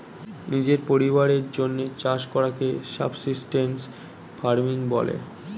নিজের পরিবারের জন্যে চাষ করাকে সাবসিস্টেন্স ফার্মিং বলে